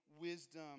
wisdom